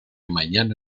mañana